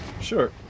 Sure